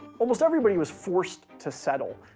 almost everybody was forced to settle,